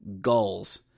Gulls